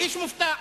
האיש מופתע,